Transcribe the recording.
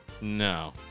No